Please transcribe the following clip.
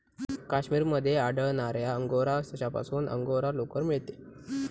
काश्मीर मध्ये आढळणाऱ्या अंगोरा सशापासून अंगोरा लोकर मिळते